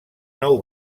nou